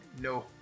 No